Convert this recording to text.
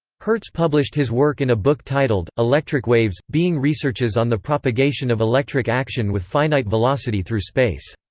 hertz published his work in a book titled electric waves being researches on the propagation of electric action with finite velocity through space.